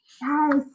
yes